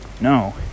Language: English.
no